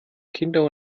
kinder